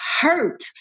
hurt